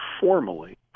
formally